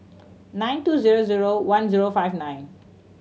nine two zero zero one zero five nine